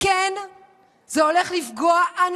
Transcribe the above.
שומעים את זה כאן יותר.